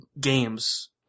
games